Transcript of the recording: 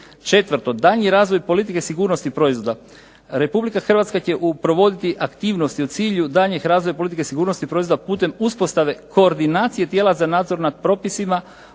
Četvrto, daljnji razvoj politike sigurnosti proizvoda. Republika Hrvatska će provoditi aktivnosti u cilju daljnjeg razvoja politike sigurnosti proizvoda putem uspostave koordinacije tijela za nadzor nad propisima o